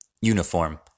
Uniform